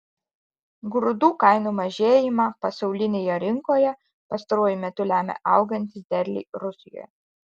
grūdų kainų mažėjimą pasaulinėje rinkoje pastaruoju metu lemia augantys derliai rusijoje